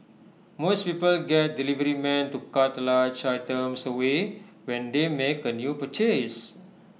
most people get deliverymen to cart large items away when they make A new purchase